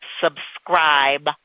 subscribe